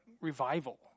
revival